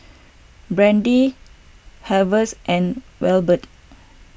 Brady Harves and Wilbert